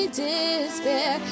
despair